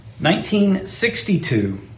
1962